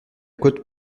côte